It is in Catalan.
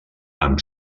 amb